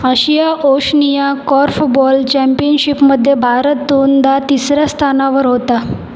आशिया Oceania korfball चॅम्पियनशिपमध्ये भारत दोनदा तिसऱ्या स्थानावर होता